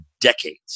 decades